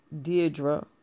Deidre